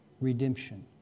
redemption